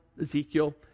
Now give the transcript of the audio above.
Ezekiel